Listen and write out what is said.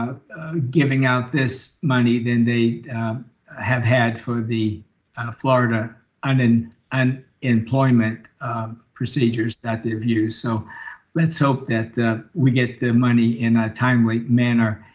giving out this money than they have had for the florida on an and employment procedures that they've used. so let's hope that we get the money in a timely manner,